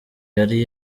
yari